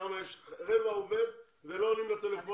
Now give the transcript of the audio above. שם יש רבע עובד ואפילו לא עונים לטלפונים?